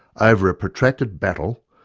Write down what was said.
over a protracted battle,